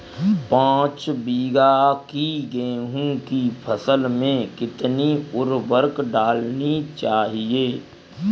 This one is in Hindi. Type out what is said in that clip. पाँच बीघा की गेहूँ की फसल में कितनी उर्वरक डालनी चाहिए?